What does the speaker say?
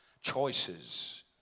choices